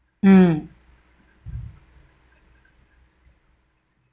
mm